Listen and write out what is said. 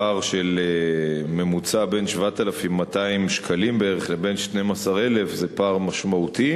פער בין 7,200 שקלים בממוצע בערך לבין 12,000 זה פער משמעותי,